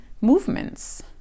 movements